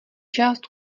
část